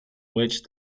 which